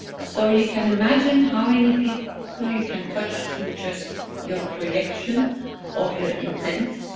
so you can imagine how many people but you can touch through just your projection of your intent?